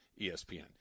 ESPN